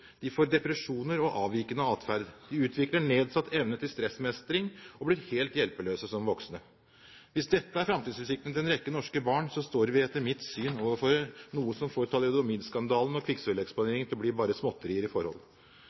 De får depresjoner og avvikende atferd. De utvikler nedsatt evne til stressmestring og blir helt hjelpeløse som voksne. Hvis dette er framtidsutsikten til en rekke norske barn, står vi etter mitt syn overfor noe som får thalidomidskandalen og kvikksølveksponering til å bli bare småtterier i forhold.